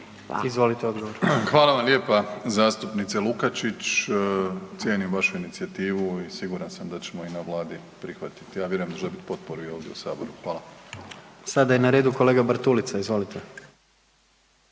Hvala vam lijepa zastupnice Lukačić. Cijenim vašu inicijativu i siguran sam da ćemo i na Vladi prihvatiti, ja vjerujem da će dobiti potporu i ovdje u Saboru. Hvala. **Jandroković, Gordan (HDZ)** Sada je na redu kolega Bartulica, izvolite.